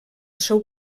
seu